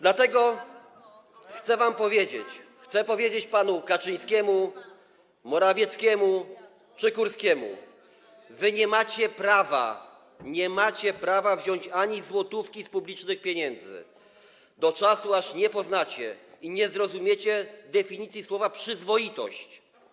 Dlatego chcę wam powiedzieć, chcę powiedzieć panom Kaczyńskiemu, Morawieckiemu czy Kurskiemu: wy nie macie prawa wziąć ani złotówki z publicznych pieniędzy do czasu, aż nie poznacie i nie zrozumiecie definicji słowa „przyzwoitość”